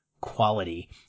quality